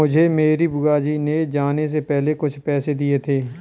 मुझे मेरी बुआ जी ने जाने से पहले कुछ पैसे दिए थे